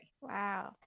Wow